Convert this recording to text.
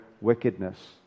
wickedness